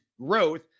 growth